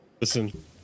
Listen